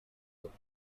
josef